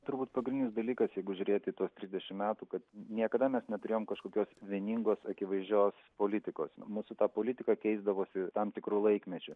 turbūt pagrindinis dalykas jeigu žiūrėti į tuos trisdešimt metų kad niekada mes neturėjom kažkokios vieningos akivaizdžios politikos mūsų ta politika keisdavosi tam tikru laikmečiu